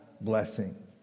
blessing